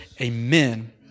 Amen